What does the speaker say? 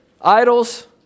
idols